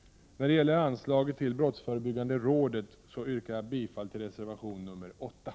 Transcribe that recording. När det gäller anslaget till brottsförebyggande rådet yrkar jag bifall till reservation 8.